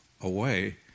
away